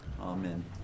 Amen